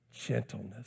gentleness